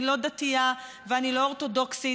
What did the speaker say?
אני לא דתייה ואני לא אורתודוקסית,